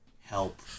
help